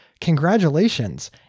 congratulations